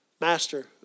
master